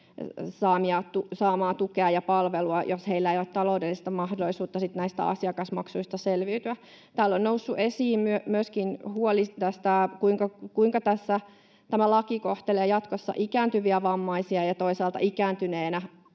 saamaa tukea ja palvelua, jos heillä ei ole taloudellista mahdollisuutta näistä asiakasmaksuista selviytyä. Täällä on noussut esiin myöskin huoli, kuinka tämä laki kohtelee jatkossa ikääntyviä vammaisia ja toisaalta ikääntyneenä